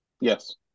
Yes